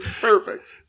Perfect